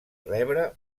rebre